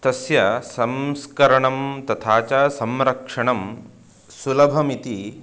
तस्य संस्करणं तथा च संरक्षणं सुलभमिति